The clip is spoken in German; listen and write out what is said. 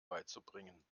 beizubringen